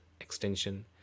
extension